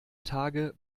tage